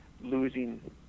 losing